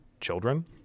children